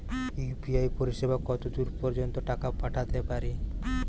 UPI পরিসেবা কতদূর পর্জন্ত টাকা পাঠাতে পারি?